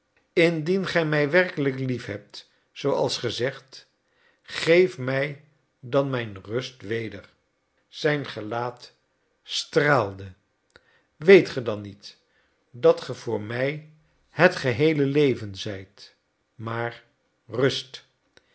indien ge mij werkelijk lief hebt zooals ge zegt geef mij dan mijn rust weder zijn gelaat straalde weet ge dan niet dat ge voor mij het geheele leven zijt maar rust